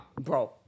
Bro